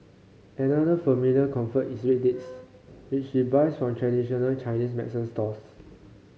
another familiar comfort is red dates which she buys from traditional Chinese medicine stores